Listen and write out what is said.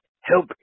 help